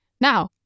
Now